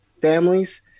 families